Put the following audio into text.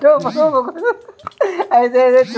मंडी में बेचने के लिए मटर की पैकेजिंग कैसे करें?